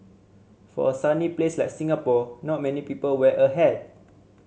for a sunny place like Singapore not many people wear a hat